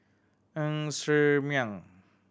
Ng Ser Miang